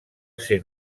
ser